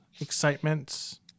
excitements